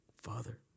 father